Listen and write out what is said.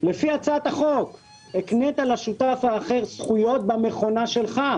כלומר משתף את השותפים האחרים בבעלות חלקית על הנכס.